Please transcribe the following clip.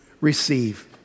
Receive